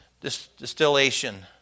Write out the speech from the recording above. distillation